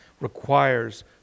requires